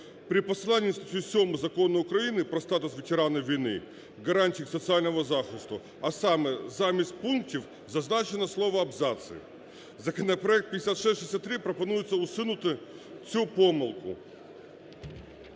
При посиланні на статтю 7 Закону України "Про статус ветеранів війни, гарантії їх соціального захисту", а саме: замість "пунктів" зазначено слово "абзаци". Законопроект 5663 пропонує усунути цю помилку.